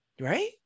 Right